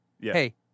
Hey